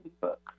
book